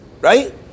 Right